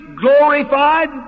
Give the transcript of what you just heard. glorified